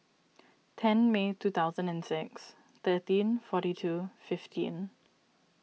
ten May two thousand and six thirteen forty two fifteen